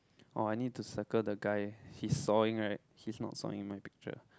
orh I need to circle the guy he's sawing right he's not sawing in my picture